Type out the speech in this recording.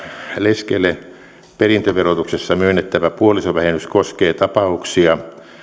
leskelle perintöverotuksessa myönnettävä puolisovähennys koskee tapauksia